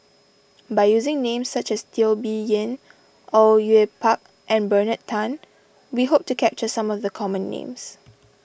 by using names such as Teo Bee Yen Au Yue Pak and Bernard Tan we hope to capture some of the common names